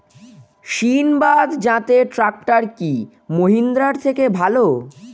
সিণবাদ জাতের ট্রাকটার কি মহিন্দ্রার থেকে ভালো?